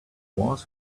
was